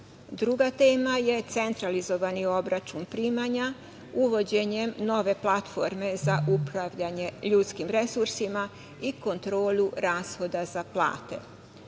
Druga tema je centralizovani obračun primanja uvođenjem nove platforme za upravljanje ljudskih resursima i kontrolu rashoda za plate.